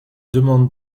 demande